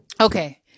Okay